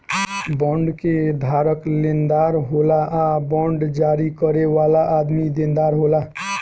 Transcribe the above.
bond के धारक लेनदार होला आ बांड जारी करे वाला आदमी देनदार होला